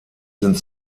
sind